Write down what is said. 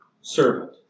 servant